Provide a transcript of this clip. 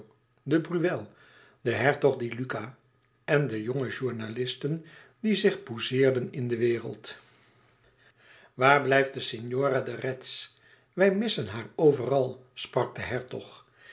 breuil de hertog di luca en de jonge journalisten die zich pousseerden in de wereld waar blijft de signora de retz wij missen haar overal sprak de hertog